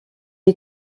est